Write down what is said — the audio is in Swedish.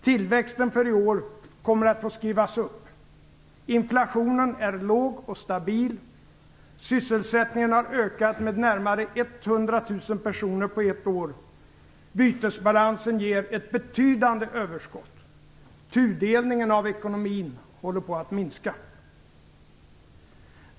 Tillväxten för i år kommer att få skrivas upp. Inflationen är låg och stabil. Sysselsättningen har ökat med närmare 100 000 personer på ett år. Bytesbalansen ger ett betydande överskott. Tudelningen av ekonomin håller på att minska.